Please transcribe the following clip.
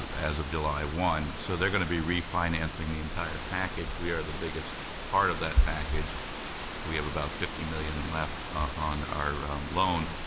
as of july one. so they are going to be refinancing the entire package. we are the biggest part of that package. i think we have about fifty million left on our loan.